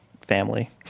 family